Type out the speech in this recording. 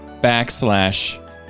backslash